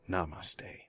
Namaste